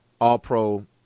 all-pro